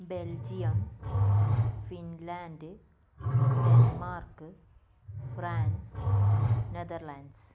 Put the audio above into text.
Belgium Finland Denmark France Netherlands